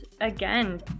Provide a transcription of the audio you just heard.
again